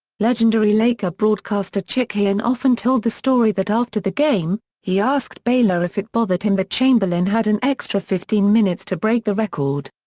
legendary laker broadcaster chick hearn and often told the story that after the game, he asked baylor if it bothered him that chamberlain had an extra fifteen minutes to break the record.